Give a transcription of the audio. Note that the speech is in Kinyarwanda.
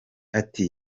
ati